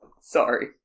Sorry